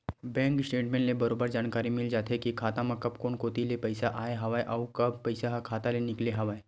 bank statement ले बरोबर जानकारी मिल जाथे के खाता म कब कोन कोती ले पइसा आय हवय अउ कब पइसा ह खाता ले निकले हवय